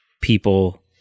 people